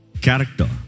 Character